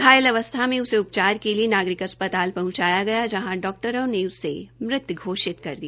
घायल अवस्था मे उसे उपचार के लिए नागरिक अस्पताल पहुंचाया गया जहां डॉक्टरों ने उसे मृत घोषित कर दिया